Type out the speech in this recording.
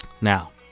Now